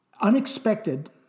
Unexpected